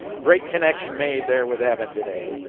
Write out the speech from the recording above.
great connection made there with evan today.